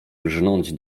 rżnąć